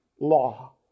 Law